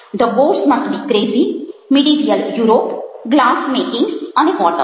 the gods must be crazy medieval Europe glass making અને water